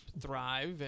thrive